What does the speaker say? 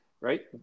Right